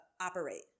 operate